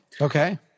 Okay